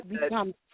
become